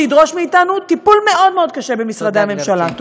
ידרוש מאתנו טיפול מאוד מאוד קשה במשרדי הממשלה.